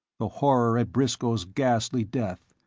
the horror at briscoe's ghastly death,